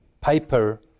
paper